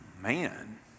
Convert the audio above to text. Man